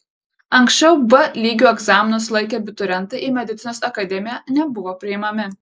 anksčiau b lygiu egzaminus laikę abiturientai į medicinos akademiją nebuvo priimami